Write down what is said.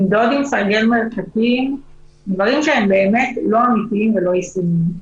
למדוד מרחקים עם סרגל דברים שהם באמת לא אמיתיים ולא ישימים.